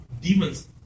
demons